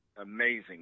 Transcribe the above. amazing